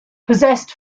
possessed